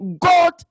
God